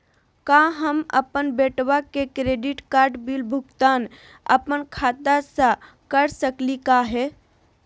का हम अपन बेटवा के क्रेडिट कार्ड बिल के भुगतान अपन खाता स कर सकली का हे?